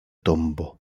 tombo